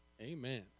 Amen